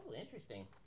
interesting